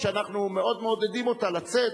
שאנחנו מאוד מעודדים אותה לצאת,